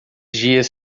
dias